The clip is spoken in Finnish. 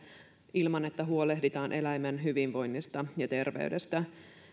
ilman että huolehditaan eläimen hyvinvoinnista ja terveydestä